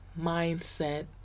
mindset